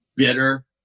bitter